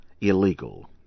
illegal